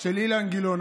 של אילן גילאון.